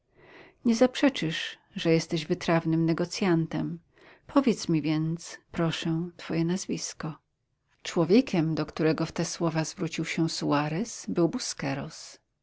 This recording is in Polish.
nie zaprzeczysz że jesteś wytrawnym negocjantem powiedz mi więc proszę twoje nazwisko człowiekiem do którego w te słowa zwrócił się suarez był